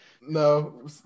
no